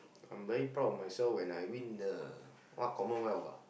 I'm very proud of myself when I win the what commonwealth ah